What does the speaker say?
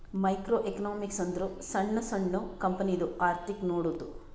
micro economics ಅಂದುರ್ ಸಣ್ಣು ಸಣ್ಣು ಕಂಪನಿದು ಅರ್ಥಿಕ್ ನೋಡದ್ದು